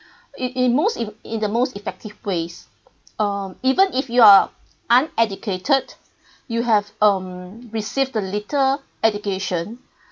in in most in in the most effective ways um even if you are uneducated you have um received the little education